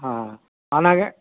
ஆ ஆனாங்க